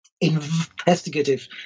investigative